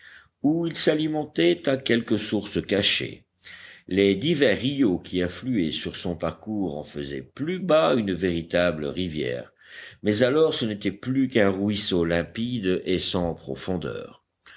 où il s'alimentait à quelque source cachée les divers rios qui affluaient sur son parcours en faisaient plus bas une véritable rivière mais alors ce n'était plus qu'un ruisseau limpide et sans profondeur